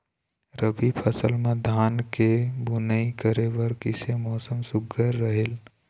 रबी फसल म धान के बुनई करे बर किसे मौसम सुघ्घर रहेल?